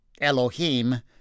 elohim